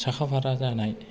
साखा फारा जानाय